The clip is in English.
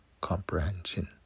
comprehension